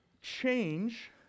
change